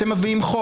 אתם מביאים חוק,